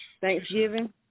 Thanksgiving